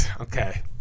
Okay